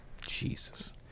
Jesus